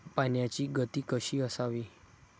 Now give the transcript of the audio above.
पाण्याची गती कशी असावी?